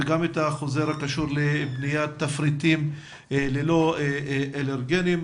וגם את החוזר הקשור לבניית תפריטים ללא אלרגניים.